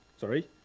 Sorry